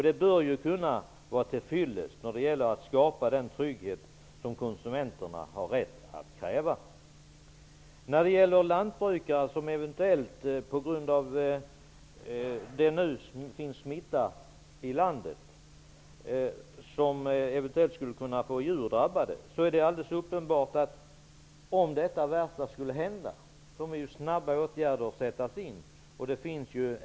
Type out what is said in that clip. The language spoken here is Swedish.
Det bör kunna vara till fyllest för att skapa den trygghet som konsumenterna har rätt att kräva. Björn Ericson nämnde lantbrukare som eventuellt skulle kunna få djur drabbade på grund av det nu finns smitta i landet. Om detta värsta skulle hända så måste snabba åtgärder sättas in; det är helt uppenbart.